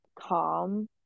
calm